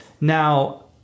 Now